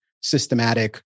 systematic